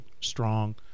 strong